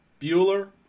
Bueller